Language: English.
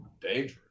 dangerous